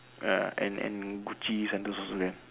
ya and and Gucci sandals also man